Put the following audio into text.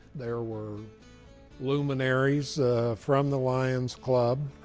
there were luminaries from the lion's club.